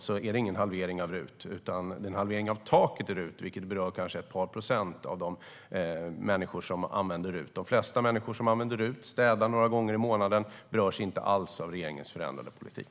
Det är ingen halvering av RUT, utan det är en halvering av taket i RUT, vilket kanske berör ett par procent av de människor som använder RUT. De flesta människor som använder RUT - städning några gånger i månaden - berörs inte alls av regeringens förändrade politik.